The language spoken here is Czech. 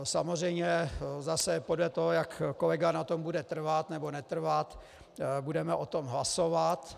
Samozřejmě zase podle toho, jak kolega na tom bude trvat nebo netrvat, budeme o tom hlasovat.